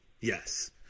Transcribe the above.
Yes